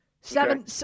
seven